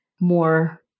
more